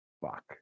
Fuck